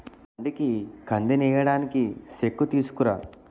బండికి కందినేయడానికి సేకుతీసుకురా